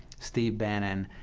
steve bannon,